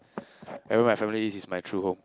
wherever my family is my true home